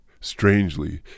Strangely